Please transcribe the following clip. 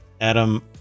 Adam